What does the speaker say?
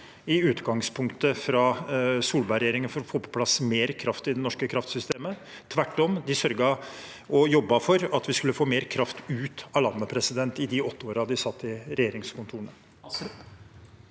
én endring fra Solberg-regjeringen for å få på plass mer kraft i det norske kraftsystemet. Tvert om: De sørget for og jobbet for at vi skulle få mer kraft ut av landet i de åtte årene de satt i regjeringskontorene.